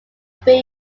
three